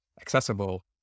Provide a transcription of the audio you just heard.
accessible